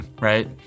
Right